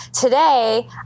Today